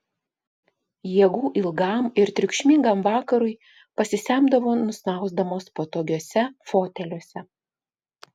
jėgų ilgam ir triukšmingam vakarui pasisemdavo nusnausdamos patogiuose foteliuose